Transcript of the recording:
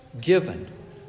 given